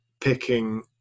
picking